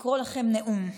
לקרוא לכם נאום: